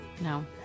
No